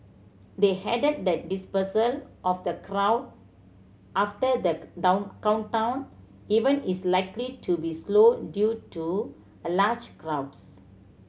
they added that dispersal of the crowd after the countdown event is likely to be slow due to a large crowds